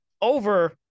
over